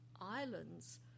islands